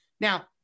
Now